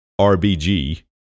RBG